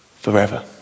forever